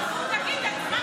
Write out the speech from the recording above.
אני עליתי כי, זה חוק חדש.